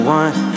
one